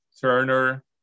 Turner